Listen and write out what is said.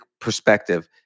perspective